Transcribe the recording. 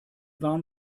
warm